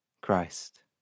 Christ